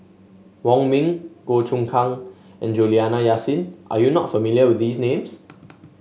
Wong Ming Goh Choon Kang and Juliana Yasin are you not familiar with these names